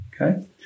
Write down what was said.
okay